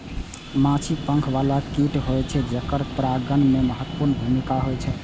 माछी पंख बला कीट होइ छै, जेकर परागण मे महत्वपूर्ण भूमिका होइ छै